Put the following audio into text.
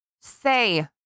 say